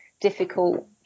difficult